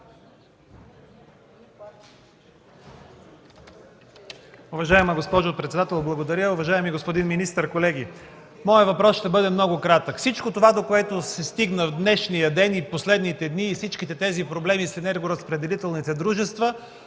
Уважаема госпожо председател, благодаря. Уважаеми господин министър, колеги! Моят въпрос ще бъде много кратък. Всичко това, до което се стигна в днешния ден, през последните дни – проблемите с енергоразпределителните дружества